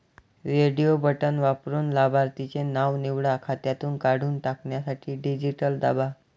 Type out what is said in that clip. radio बटण वापरून लाभार्थीचे नाव निवडा, खात्यातून काढून टाकण्यासाठी डिलीट दाबा